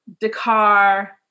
Dakar